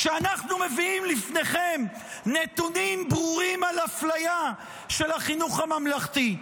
כשאנחנו מביאים לפניכם נתונים ברורים על אפליה של החינוך הממלכתי.